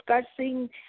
Discussing